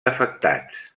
afectats